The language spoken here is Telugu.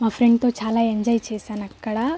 మా ఫ్రెండ్తో చాలా ఎంజాయ్ చేశాను అక్కడ